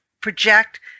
project